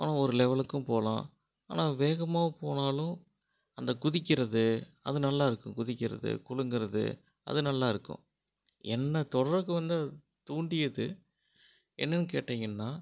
ஆனால் ஒரு லெவலுக்கும் போகலாம் ஆனால் வேகமாக போனாலும் அந்த குதிக்கிறது அது நல்லாருக்கும் குதிக்கிறது குலுங்குறது அது நல்லாருக்கும் என்ன தொடுறக்கு வந்து தூண்டியது என்னன்னு கேட்டிங்கன்னா